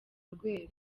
rweru